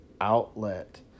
outlet